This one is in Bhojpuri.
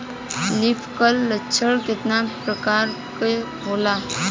लीफ कल लक्षण केतना परकार के होला?